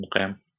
Okay